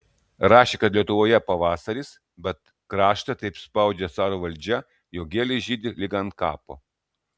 rašė kad lietuvoje pavasaris bet kraštą taip spaudžia caro valdžia jog gėlės žydi lyg ant kapo